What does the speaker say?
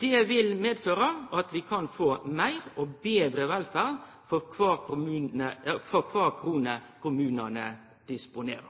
Det vil føre til at vi kan få meir og betre velferd for kvar krone kommunane disponerer.